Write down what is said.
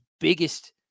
biggest